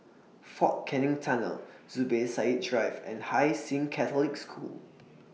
Fort Canning Tunnel Zubir Said Drive and Hai Sing Catholic School